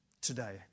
today